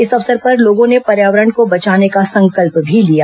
इस अवसर पर लोगों ने पर्यावरण को बचाने का संकल्प भी लिया